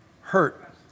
hurt